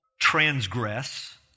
transgress